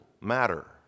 matter